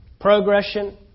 Progression